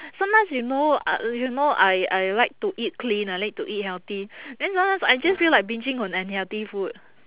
sometimes you know uh you know I I like to eat clean I like to eat healthy then sometimes I just feel like binging on unhealthy food